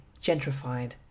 gentrified